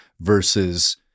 versus